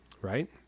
right